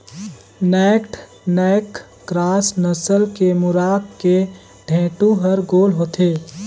naked neck cross नसल के मुरगा के ढेंटू हर गोल होथे